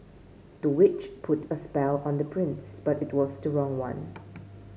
the witch put a spell on the prince but it was the wrong one